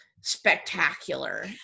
spectacular